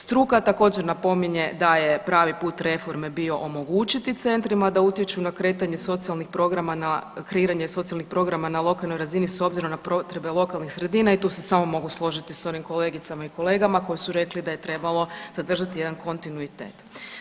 Struka također napominje da je pravi put reforme bio omogućiti centrima da utječu na kretanje socijalnih programa na, kreiranje socijalnih programa na lokalnoj razini s obzirom na potrebe lokalnih sredina i tu se samo mogu složiti s onim kolegicama i kolegama koji su rekli da je trebalo zadržati jedan kontinuitet.